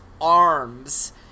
arms